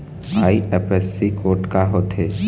IFSC code का होथे?